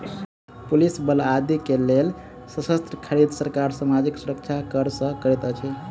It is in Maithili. पुलिस बल आदि के लेल शस्त्र खरीद, सरकार सामाजिक सुरक्षा कर सँ करैत अछि